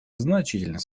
значительно